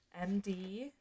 MD